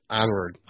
onward